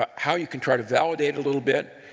um how you can try to validate a little bit.